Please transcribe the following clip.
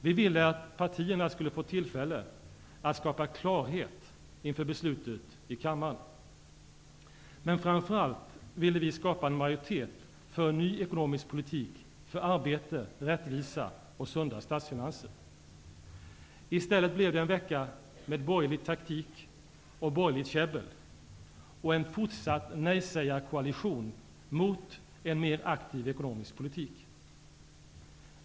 Vi ville att partierna skulle få tillfälle att skapa klarhet inför beslutet i kammaren. Men framför allt ville vi skapa en majoritet för en ny ekonomisk politik för arbete, rättvisa och sunda statsfinanser. I stället blev det en vecka med borgerlig taktik och borgerligt käbbel och en fortsatt nej-sägarkoalition mot en mer aktiv ekonomisk politik.